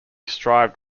strived